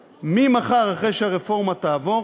ממחר, אחרי שהרפורמה תעבור,